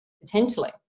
potentially